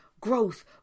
growth